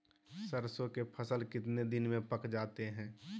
सरसों के फसल कितने दिन में पक जाते है?